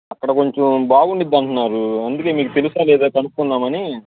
అక్కడ కొంచెం బాగుంటుందంటున్నారు అందుకే మీకు తెలుసా లేదా కనుక్కుందామని